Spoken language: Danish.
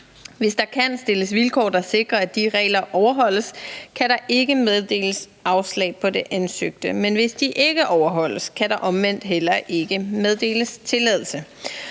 Hvis der kan stilles vilkår, der sikrer, at de regler overholdes, kan der ikke meddeles afslag på det ansøgte, men hvis de ikke overholdes, kan der omvendt heller ikke meddeles tilladelse.